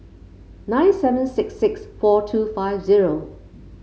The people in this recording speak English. nine seven six six four two five zero